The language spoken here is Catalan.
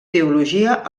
teologia